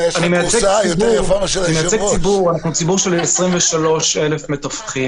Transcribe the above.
אנחנו ציבור של 23,000 מתווכים.